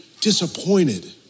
disappointed